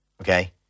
Okay